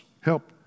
help